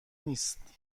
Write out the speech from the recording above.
نیست